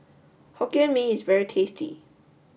Hokkien Mee is very tasty